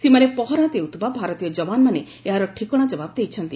ସୀମାରେ ପହରା ଦେଉଥିବା ଭାରତୀୟ ଯବାନମାନେ ଏହାର ଠିକଶା ଜବାବ ଦେଇଛନ୍ତି